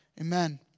Amen